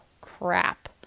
crap